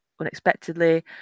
unexpectedly